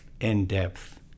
in-depth